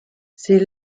ses